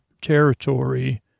territory